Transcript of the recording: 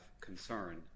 concern